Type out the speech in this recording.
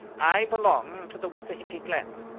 i belong to the wissahicky glen.